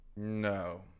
no